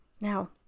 Now